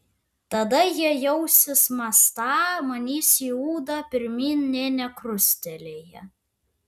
tada jie jausis mąstą manys į ūdą pirmyn nė nekrustelėję